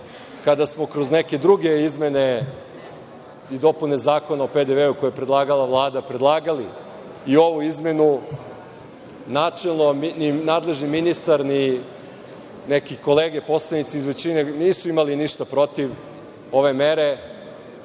kada smo kroz neke druge izmene i dopune Zakona o PDV-u, koje je predlagala Vlada, predlagali i ovu izmenu, nadležni ministar, ni neke kolege poslanici iz većine nisu imali ništa protiv ove mere,